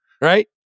Right